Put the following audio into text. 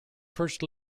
first